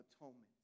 atonement